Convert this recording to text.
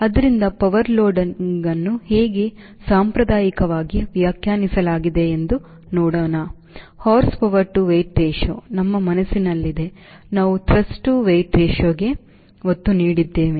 ಆದ್ದರಿಂದ power loading ಅನ್ನು ಹೇಗೆ ಸಾಂಪ್ರದಾಯಿಕವಾಗಿ ವ್ಯಾಖ್ಯಾನಿಸಲಾಗಿದೆ ಎಂದು ನೋಡೋಣ horsepower to weight ratio ನಮ್ಮ ಮನಸ್ಸಿನಲ್ಲಿದೆ ನಾವು thrust to weight ratioಕ್ಕೆ ಒತ್ತು ನೀಡಿದ್ದೇವೆ